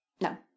No